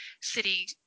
city